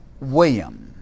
William